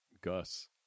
Gus